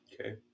Okay